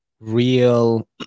real